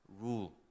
rule